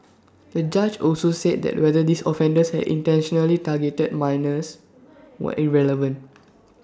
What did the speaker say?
the judge also said that whether these offenders had intentionally targeted minors was irrelevant